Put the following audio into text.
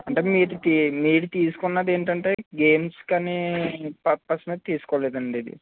అంటే మీరు తీ తీసుకున్నదేంటంటే గేమ్స్ కనీ పర్పస్ మీద తీసుకోలేదండి ఇది